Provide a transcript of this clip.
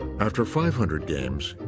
after five hundred games,